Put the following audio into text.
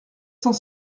cent